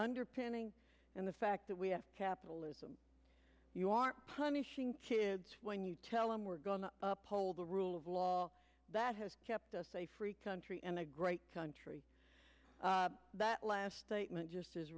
underpinning and the fact that we have capitalism you are punishing kids when you tell them we're going to uphold the rule of law that has kept us a free country and a great country that last statement just is